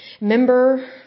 Member